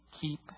keep